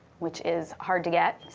which is hard to get,